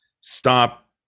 Stop